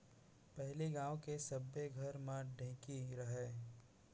पहिली गांव के सब्बे घर म ढेंकी रहय